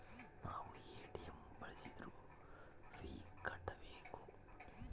ನಾವ್ ಎ.ಟಿ.ಎಂ ಬಳ್ಸಿದ್ರು ಫೀ ಕಟ್ಬೇಕು